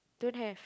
don't have